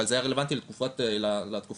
אבל זה היה רלוונטי לתקופות הרלוונטיות,